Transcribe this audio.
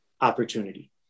opportunity